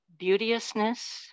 beauteousness